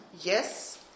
Yes